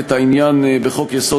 ולכן ניתן להניח שכל החלטה דרמטית בהקשרים